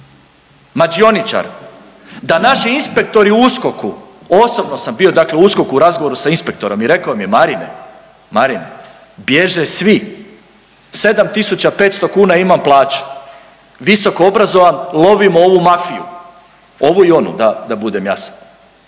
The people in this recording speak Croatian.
mađioničar, da naši inspektori u USKOK-u, osobno sam bio dakle u USKOK-u u razgovoru sa inspektorom i rekao mi je Marine, Marine, bježe svi, 7.500 kn imam plaću, visokoobrazovan, lovim ovu mafiju, ovu i onu da, da budem jasan.